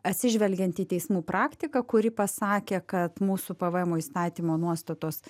atsižvelgiant į teismų praktiką kuri pasakė kad mūsų pvmo įstatymo nuostatos